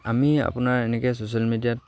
আমি আপোনাৰ এনেকৈ ছ'চিয়েল মিডিয়াত